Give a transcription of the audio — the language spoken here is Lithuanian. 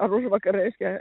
ar užvakar reiškia